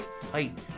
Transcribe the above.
tight